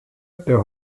der